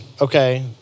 okay